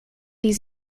die